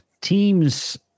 team's